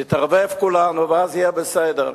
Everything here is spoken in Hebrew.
נתערבב כולנו ואז יהיה בסדר.